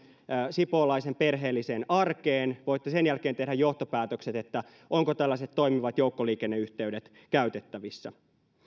sipoolaisen perheellisen arkeen voitte sen jälkeen tehdä johtopäätökset siitä ovatko tällaiset toimivat joukkoliikenneyhteydet käytettävissä sen